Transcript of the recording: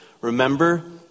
Remember